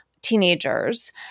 teenagers